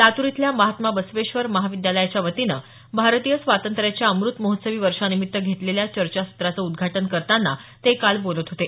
लातूर इथल्या महात्मा बसवेश्वर महाविद्यालयाच्या वतीनं भारतीय स्वातंत्र्याच्या अमृत महोत्सवी वर्षानिमित्त घेतलेल्या चर्चासत्राचं उद्धाटन करताना ते काल बोलत होते